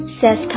says